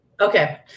Okay